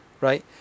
right